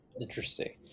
interesting